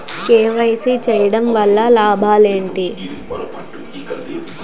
KYC చేయటం వలన లాభాలు ఏమిటి?